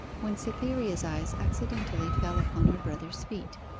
when cytherea's eyes accidentally fell upon her brother's feet.